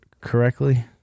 correctly